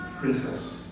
princess